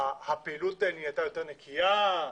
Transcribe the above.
הפעילות נהייתה יותר נקייה?